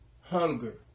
Hunger